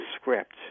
script